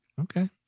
Okay